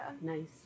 Nice